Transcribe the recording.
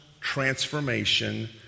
transformation